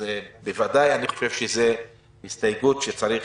בוודאי אני חושב שזאת הסתייגות שצריך